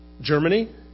Germany